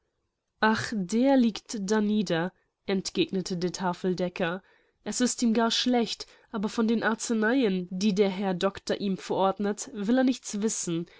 ach der liegt danieder entgegnete der tafeldecker es ist ihm gar schlecht aber von den arzeneien die der herr doctor ihm verordnet will er nichts wissen